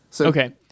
Okay